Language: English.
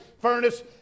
furnace